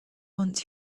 wants